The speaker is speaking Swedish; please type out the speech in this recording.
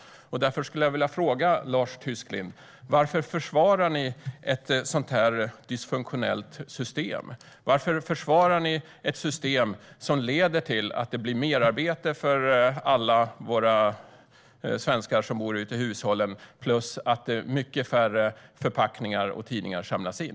Jag vill därför fråga Lars Tysklind: Varför försvarar ni ett dysfunktionellt system? Varför försvarar ni ett system som leder till att det blir merarbete för alla svenska hushåll plus att mycket färre förpackningar och tidningar samlas in?